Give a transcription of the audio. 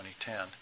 2010